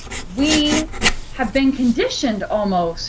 we have been conditioned almost